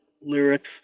lyrics